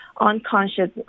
unconscious